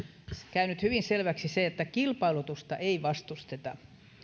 käynyt hyvin selväksi se että kilpailutusta ei vastusteta